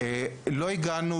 אני בעד